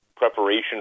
preparation